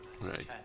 right